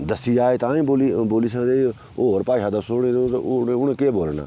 दस्सी जाहग ताइयें बोली बोली सकदे होर भाशा दस्सुड़ी ते उनें उनें केह् बोलना